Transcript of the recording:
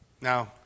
Now